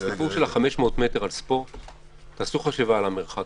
לעשות חשיבה לגבי המרחק